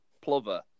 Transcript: Plover